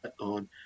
on